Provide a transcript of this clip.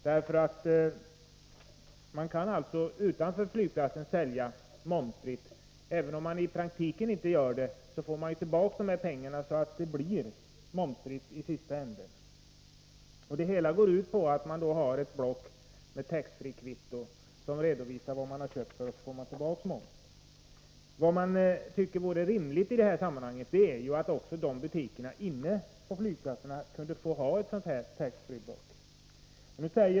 Butiker utanför flygplatserna kan sälja momsfritt — även om de i praktiken inte gör det, får ju turisterna tillbaka momspengarna, och det blir på det sättet fråga om momsfri försäljning. Det hela går ut på att man genom att presentera ett ”tax-free”-kvitto som redovisar vad man köpt får tillbaka det man betalat i moms. Det rimliga i sammanhanget vore att också butikerna på flygplatserna finge använda ”tax-free”-kvitton.